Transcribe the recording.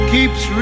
Keeps